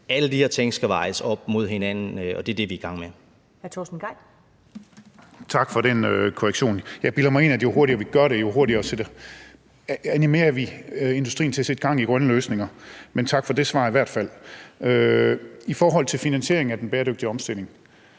Alle de her ting skal vejes op mod hinanden, og det er det, vi er i gang med.